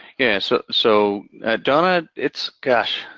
yeah, so so donna, it's gosh.